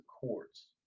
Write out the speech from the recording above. courts